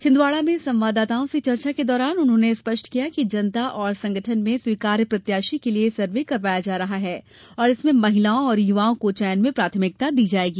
छिंदवाड़ा में संवाददाताओं से चर्चा के दौरान उन्होंने स्पष्ट किया कि जनता और संगठन में स्वीकार्य प्रत्याशी के लिए सर्वे करवाया जा रहा है और इसमें महिलाओं और युवाओं को चयन में प्राथमिकता दी जायेगी